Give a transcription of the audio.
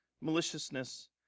maliciousness